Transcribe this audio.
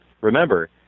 Remember